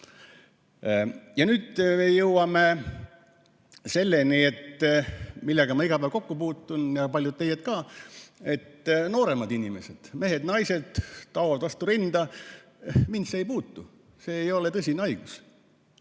Ja nüüd me jõuame selleni, millega ma iga päev kokku puutun ja paljud teist ka. Nooremad inimesed, mehed-naised, taovad vastu rinda: mind see ei puutu, see ei ole tõsine haigus.